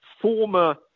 former